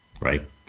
Right